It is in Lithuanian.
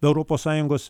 europos sąjungos